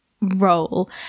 role